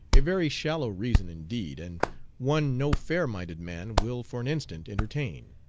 a very shallow reason indeed, and one no fair-minded man will for an instant entertain.